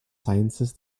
sciences